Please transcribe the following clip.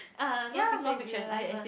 ah non fiction is real life one